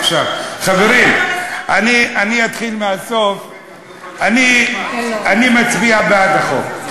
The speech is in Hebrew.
חברים, אני אתחיל מהסוף, אני מצביע בעד החוק.